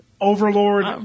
Overlord